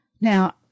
Now